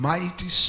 Mighty